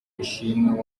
ishimwe